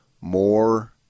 more